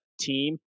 team